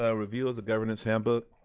ah review of the governance handbook.